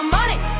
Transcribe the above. money